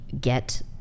get